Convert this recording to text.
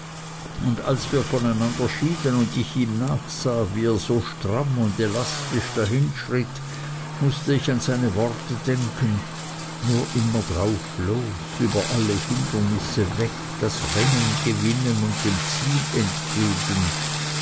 und als wir voneinander schieden und ich ihm nachsah wie er so stramm und elastisch dahinschritt mußte ich an seine worte denken nur immer drauf los über alle hindernisse hinweg das rennen gewinnen und dem ziel entgegen